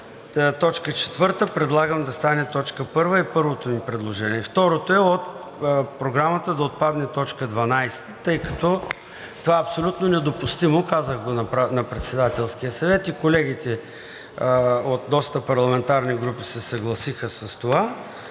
КЕВР, т. 4 предлагам да стане т. 1 – първото ни предложение. Второто е от Програмата да отпадне т. 12, тъй като това е абсолютно недопустимо. Казах го на Председателския съвет и колегите от доста парламентарни групи се съгласиха с това